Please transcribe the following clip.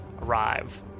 arrive